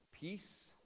peace